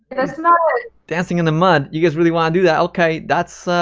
that's not dancing in the mud, you guys really want to do that? okay. that's, ah,